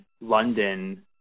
London